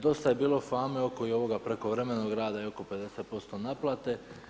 Dosta je bilo fame oko i ovoga prekovremenog rada i oko 50% naplate.